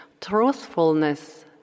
truthfulness